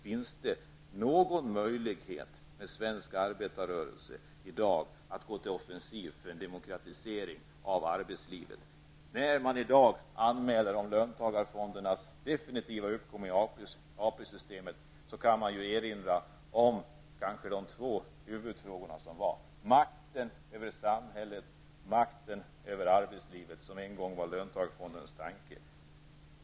Finns det någon möjlighet för svensk arbetarrörelse i dag att gå till offensiv för en demokratisering av arbetslivet? När man i dag anmäler löntagarfondernas definitiva uppgång i AP-systemet, finns det anledning att erinra om det som en gång var tankarna bakom löntagarfonderna: makten över samhället och makten över arbetslivet.